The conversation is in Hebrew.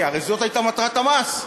כי הרי זאת הייתה מטרת המס.